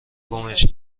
گمش